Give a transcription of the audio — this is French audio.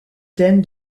thème